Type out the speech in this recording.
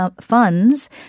funds